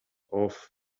off